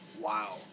wow